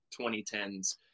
2010s